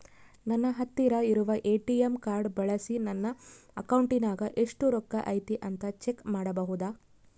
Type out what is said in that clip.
ನನ್ನ ಹತ್ತಿರ ಇರುವ ಎ.ಟಿ.ಎಂ ಕಾರ್ಡ್ ಬಳಿಸಿ ನನ್ನ ಅಕೌಂಟಿನಾಗ ಎಷ್ಟು ರೊಕ್ಕ ಐತಿ ಅಂತಾ ಚೆಕ್ ಮಾಡಬಹುದಾ?